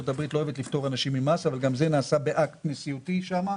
גם זה נעשה באקט נשיאותי שם.